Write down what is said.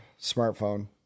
smartphone